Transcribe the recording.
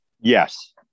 Yes